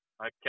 Okay